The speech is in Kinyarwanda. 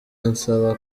ansaba